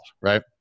right